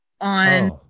on